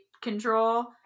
control